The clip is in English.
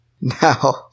Now